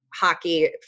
Hockey